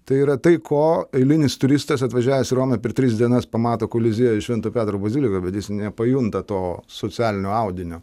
tai yra tai ko eilinis turistas atvažiavęs į romą per tris dienas pamato koliziejus švento petro bazilikoje bet jis nepajunta to socialinio audinio